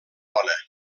dona